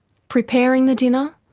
preparing the dinner,